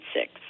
six